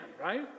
right